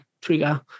trigger